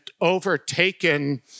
overtaken